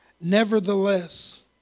nevertheless